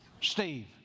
Steve